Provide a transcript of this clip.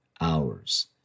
hours